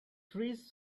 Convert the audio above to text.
trees